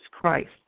Christ